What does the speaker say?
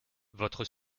votre